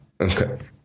Okay